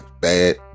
bad